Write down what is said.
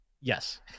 Yes